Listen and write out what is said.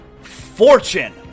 Fortune